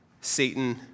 Satan